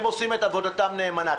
הם עושים את עבודתם נאמנה,